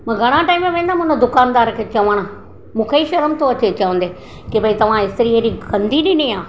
मां घणा टाइम वेंदमि हुन दुकानदार खे चवण मूंखे ई शर्म थो अचे चवंदे की भई तव्हां इस्त्री हेॾी गंदी ॾिनी आहे